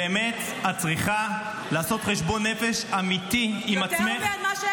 ובאמת את צריכה לעשות חשבון נפש אמיתי עם עצמך -- יותר ממה שעשיתי,